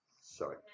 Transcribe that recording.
Sorry